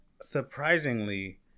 surprisingly